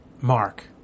Mark